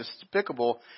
despicable